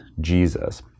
Jesus